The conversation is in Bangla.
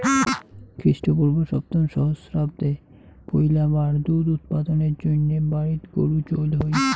খ্রীষ্টপূর্ব সপ্তম সহস্রাব্দে পৈলাবার দুধ উৎপাদনের জইন্যে বাড়িত গরু চইল হই